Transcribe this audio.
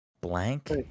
blank